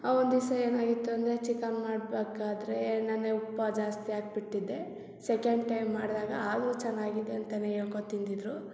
ಒಂದು ದಿವಸ ಏನಾಗಿತ್ತು ಅಂದರೆ ಚಿಕನ್ ಮಾಡಬೇಕಾದ್ರೆ ನಾನು ಉಪ್ಪು ಜಾಸ್ತಿ ಹಾಕಿಬಿಟ್ಟಿದ್ದೆ ಸೆಕೆಂಡ್ ಟೈಮ್ ಮಾಡಿದಾಗ ಆದರೂ ಚೆನ್ನಾಗಿದೆ ಅಂತಲೇ ಹೇಳ್ಕೋ ತಿಂದಿದ್ದರು